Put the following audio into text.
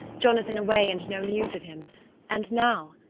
jonathan away and no news of him and now,